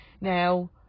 Now